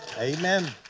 Amen